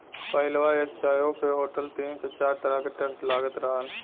पहिलवा एक चाय्वो पे होटल तीन से चार तरह के टैक्स लगात रहल